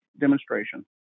demonstration